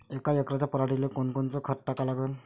यका एकराच्या पराटीले कोनकोनचं खत टाका लागन?